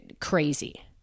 crazy